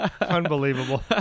Unbelievable